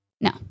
No